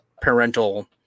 parental